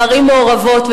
בערים מעורבות.